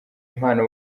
impano